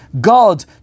God